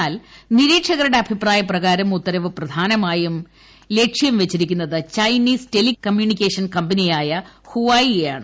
എന്നാൽ നിരീക്ഷകരുടെ അഭിപ്രായ പ്രകാരം ഉത്തരവ് പ്രധാനമായും ലക്ഷ്യം വച്ചിരിക്കുന്നത് ചൈനീസ് ടെലി കമ്മ്യൂണിക്കേഷൻ കമ്പനിയായ ഹുവായിയെയാണ്